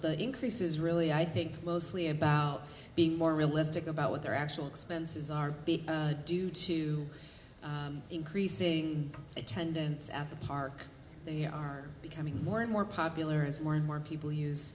the increase is really i think mostly about being more realistic about what their actual expenses are due to increasing attendance at the park they are becoming more and more popular as more and more people use